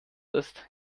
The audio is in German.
ist